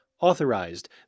Authorized